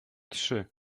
trzy